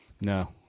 no